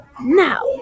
Now